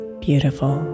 beautiful